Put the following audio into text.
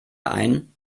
ein